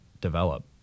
develop